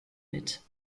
mit